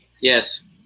Yes